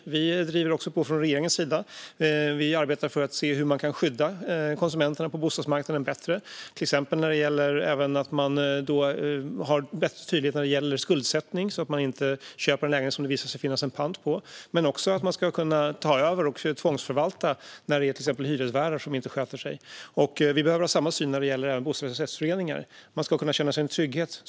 Regeringen driver också på och arbetar för att se hur konsumenterna på bostadsmarknaden kan skyddas bättre, till exempel när det gäller att få större tydlighet när det gäller skuldsättning så att de inte köper en lägenhet som det visar sig finnas en pant på. Det ska också vara möjligt att ta över och tvångsförvalta, till exempel när hyresvärdar inte sköter sig. Vi behöver ha samma syn när det gäller bostadsrättsföreningar.